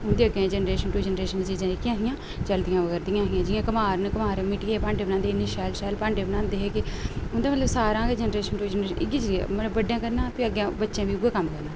उंदे अग्गे generation to generation चीजां जेह्कियां ऐ हियां चलदियां अवां दियां हियां जियां कमार कमार मिटटिये भांडे बनांदे हे शैल शैल भांडे बनांदे हे कि उंदे बेल्ले सारा गै जनरेशन टु जनरेशन इ'यै मतलव बड्डे करना फ्ही अग्गें बच्चे बी उयै करना